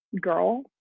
Girl